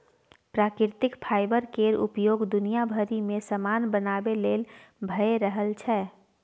प्राकृतिक फाईबर केर उपयोग दुनिया भरि मे समान बनाबे लेल भए रहल छै